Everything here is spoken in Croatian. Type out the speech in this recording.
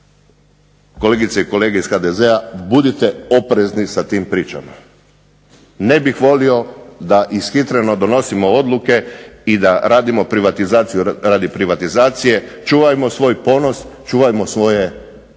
kolegice i kolege iz HDZ-a budite oprezni sa tim pričama. Ne bih volio da ishitreno donosimo odluke i da radimo privatizaciju radi privatizacije, čuvajmo svoj ponos, čuvajmo svoje nacionalne